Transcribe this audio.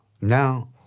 now